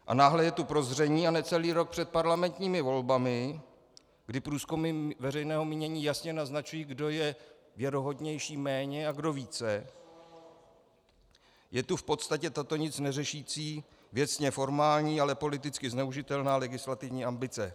A náhle je tu prozření, a necelý rok před parlamentními volbami, kdy průzkumy veřejného mínění jasně naznačují, kdo je věrohodnější méně a kdo více, je tu v podstatě tato nic neřešící, věcně formální, ale politicky zneužitelná legislativní ambice.